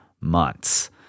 months